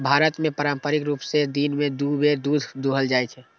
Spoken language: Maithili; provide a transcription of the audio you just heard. भारत मे पारंपरिक रूप सं दिन मे दू बेर दूध दुहल जाइ छै